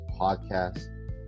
podcast